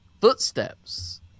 footsteps